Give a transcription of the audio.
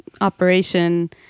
operation